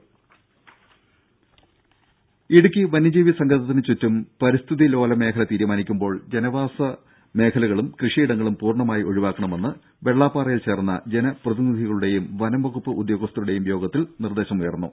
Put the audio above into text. രുഭ ഇടുക്കി വന്യജീവി സങ്കേതത്തിന് ചുറ്റും പരിസ്ഥിതിലോല മേഖല തീരുമാനിക്കുമ്പോൾ ജനവാസമേഖലകളും കൃഷിയിടങ്ങളും പൂർണ്ണമായി ഒഴിവാക്കണമെന്ന് വെള്ളാപ്പാറയിൽ ചേർന്ന ജനപ്രതിനിധികളുടെയും വനംവകുപ്പ് ഉദ്യോഗസ്ഥരുടെയും യോഗത്തിൽ നിർദേശം ഉയർന്നു